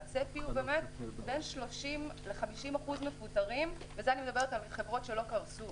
והצפי הוא בין 30% ל-50% מפוטרים וזה אני מדברת על חברות שלא קרסו.